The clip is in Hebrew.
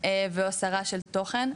והסרה של תוכן,